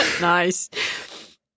Nice